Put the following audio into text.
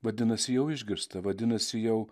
vadinasi jau išgirsta vadinasi jau